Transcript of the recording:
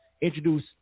introduce